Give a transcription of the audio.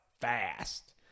fast